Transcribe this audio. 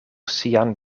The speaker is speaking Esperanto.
sian